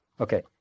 Okay